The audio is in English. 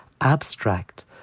abstract